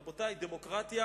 רבותי, דמוקרטיה